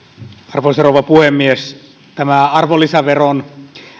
arvoisa rouva puhemies tämä